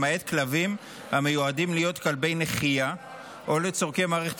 למעט כלבים המיועדים להיות כלבי נחייה או לצורכי מערכת